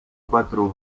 quattro